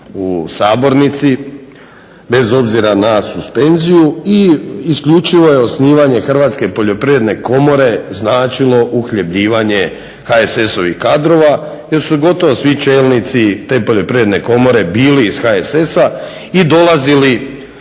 u sabornici bez obzira na suspenziju i isključivo je osnivanje Hrvatske poljoprivredne komore značilo uhljebljivanje HSS-ovih kadrova gdje su gotovo svi čelnici te Poljoprivredne komore bili iz HSS-a i dolazili